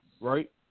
right